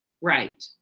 Right